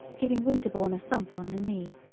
giving winterbourne a thump on the knee.